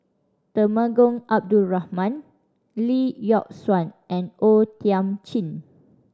Temenggong Abdul Rahman Lee Yock Suan and O Thiam Chin